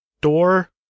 door